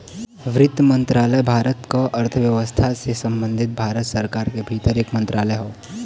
वित्त मंत्रालय भारत क अर्थव्यवस्था से संबंधित भारत सरकार के भीतर एक मंत्रालय हौ